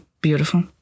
beautiful